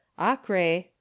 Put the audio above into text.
acre